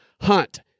Hunt